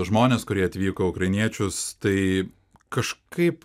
žmones kurie atvyko ukrainiečius tai kažkaip